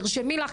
תרשמי לך,